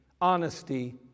honesty